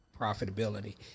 profitability